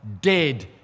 dead